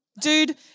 dude